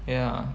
ya